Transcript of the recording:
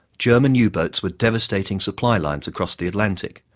german u-boats were devastating supply lines across the atlantic,